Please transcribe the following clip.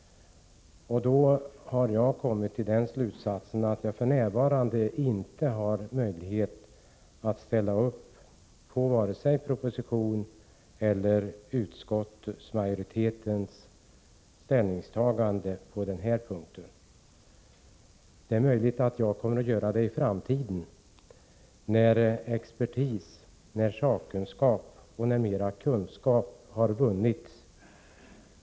Jag har kommit till slutsatsen att jag f.n. inte kan instämma i vare sig propositionens eller utskottsmajoritetens ställningstagande på den här punkten. Det är möjligt att jag kommer att kunna göra det i framtiden när expertisen har studerat saken närmare och när mer kunskap har vunnits.